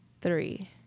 Three